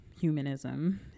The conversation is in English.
humanism